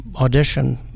audition